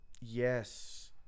Yes